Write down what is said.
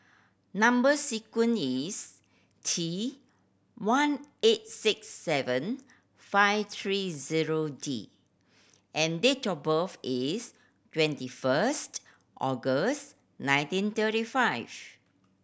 number sequence is T one eight six seven five three zero D and date of birth is twenty first August nineteen thirty five